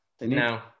No